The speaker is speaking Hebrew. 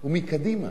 הוא מקדימה.